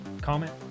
comment